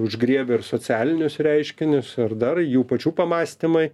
užgriebia ir socialinius reiškinius ir dar jų pačių pamąstymai